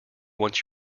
once